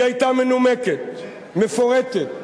היא היתה מנומקת, מפורטת,